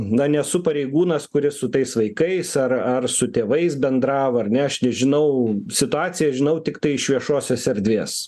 na nesu pareigūnas kuris su tais vaikais ar ar su tėvais bendravo ar ne aš nežinau situaciją žinau tiktai iš viešosios erdvės